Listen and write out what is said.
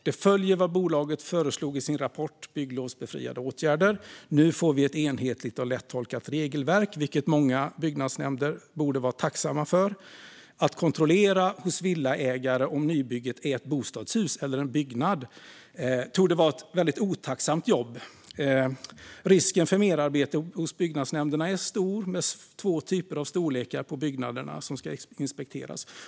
Det följer vad Boverket föreslog i sin rapport om bygglovsbefriade åtgärder. Nu får vi ett enhetligt och lättolkat regelverk, vilket många byggnadsnämnder borde vara tacksamma för. Att kontrollera hos villaägare om nybygget är ett bostadshus eller en byggnad torde vara ett väldigt otacksamt jobb. Risken för merarbete hos byggnadsnämnderna är stor med två storlekar på byggnaderna som ska inspekteras.